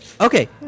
Okay